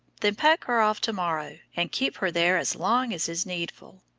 then pack her off to-morrow, and keep her there as long as is needful.